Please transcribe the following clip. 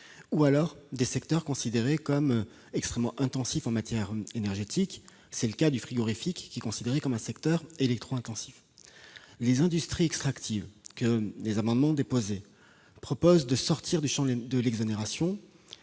également de secteurs considérés comme extrêmement intensifs en matière énergétique. Tel est le cas du transport frigorifique, qui est considéré comme électro-intensif. Les industries extractives que les amendements déposés visent à faire sortir du champ de l'exonération